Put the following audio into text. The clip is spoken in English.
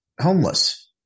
homeless